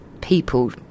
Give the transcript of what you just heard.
people